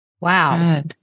Wow